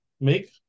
make